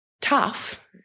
tough